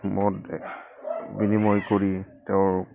মত বিনিময় কৰি তেওঁৰ